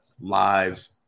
lives